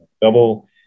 double